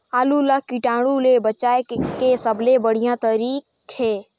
आलू ला कीटाणु ले बचाय के सबले बढ़िया तारीक हे?